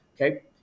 okay